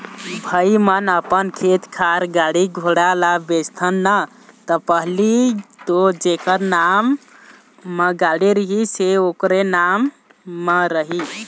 भई हम अपन खेत खार, गाड़ी घोड़ा ल बेचथन ना ता पहिली तो जेखर नांव म गाड़ी रहिस हे ओखरे नाम म रही